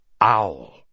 owl